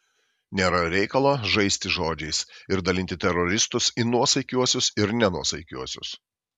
nėra reikalo žaisti žodžiais ir dalinti teroristus į nuosaikiuosius ir nenuosaikiuosius